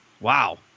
Wow